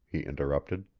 he interrupted.